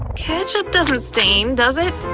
ketchup doesn't stain, does it?